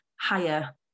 higher